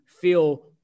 feel